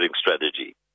strategy